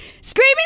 screaming